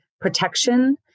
protection